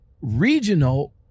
Regional